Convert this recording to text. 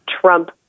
Trump